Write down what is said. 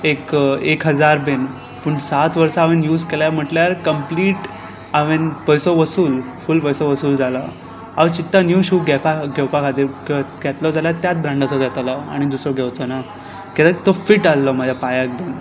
एक एक हजार बीन पूण सात वर्सां हांवेन यूज केल्या म्हटल्यार कंप्लीट हांवेन पयसो वसूल फूल पयसो वसूल जाला हांव चिंत्ता न्यू शू घेपाक घेवपा खातीर किंवा घेतलो जाल्या त्यात ब्रँडाचो घेतलो आणी दुसरो घेवचो ना किद्याक तो फीट आल्हो म्हाज्या पांयाक बीन